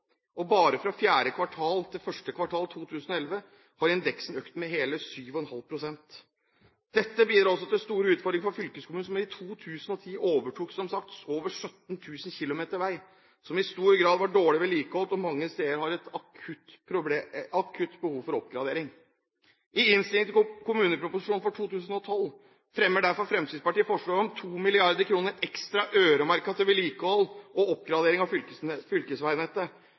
og bare fra fjerde kvartal 2010 til første kvartal 2011 har indeksen økt med hele 7,5 pst. Dette bidrar til store utfordringer for fylkeskommunene, som i 2010 som sagt overtok over 17 000 km vei som i stor grad var dårlig vedlikeholdt, og mange steder har et akutt behov for oppgradering. I innstillingen til kommuneproposisjonen for 2012 fremmer derfor Fremskrittspartiet forslag om 2 mrd. kr ekstra, øremerket til vedlikehold og oppgradering av fylkesveinettet.